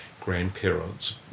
grandparents